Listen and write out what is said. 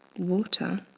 water